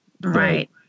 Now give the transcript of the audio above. right